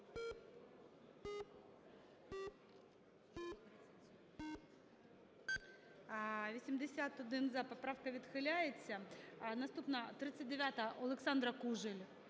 За-81 Поправка відхиляється. Наступна – 39-а. Олександра Кужель